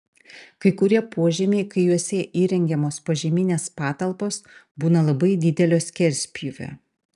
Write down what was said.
kai kurie požemiai kai juose įrengiamos požeminės patalpos būna labai didelio skerspjūvio